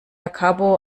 capo